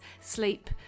sleep